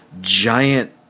giant